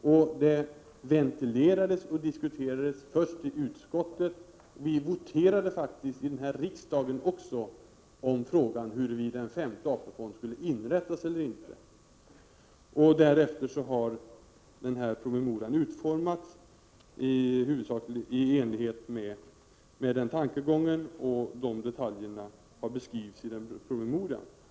Frågan ventilerades och diskuterades först i utskottet, och sedan voterade man också här i riksdagen om huruvida en femte AP-fond skulle inrättas eller inte. Därefter har denna promemoria i huvudsak utformats i enlighet med dessa tankegångar; detaljerna har beskrivits i promemorian.